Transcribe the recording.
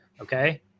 okay